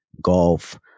golf